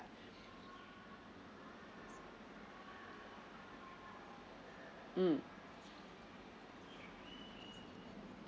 mm mm